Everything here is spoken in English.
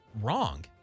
wrong